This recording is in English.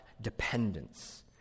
dependence